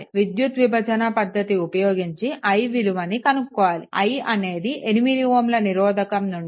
విద్యుత్ విభజన పద్ధతి ఉపయోగించి i విలువను కనుక్కోవాలి i అనేది 8Ω నిరోధకం నుండి ప్రవహిస్తోంది